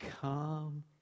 come